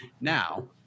Now